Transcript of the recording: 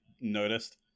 noticed